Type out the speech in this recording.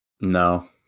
No